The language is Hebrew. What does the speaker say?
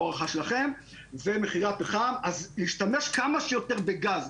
אז נשתמש כמה שיותר בגז.